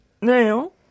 now